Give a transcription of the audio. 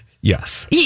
Yes